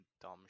dumb